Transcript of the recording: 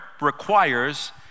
requires